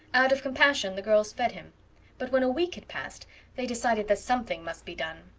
out of compassion the girls fed him but when a week had passed they decided that something must be done.